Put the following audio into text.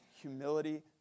humility